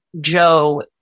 Joe